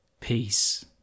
Peace